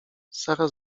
sara